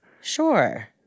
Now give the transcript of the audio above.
Sure